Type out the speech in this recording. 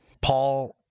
Paul